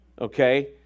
Okay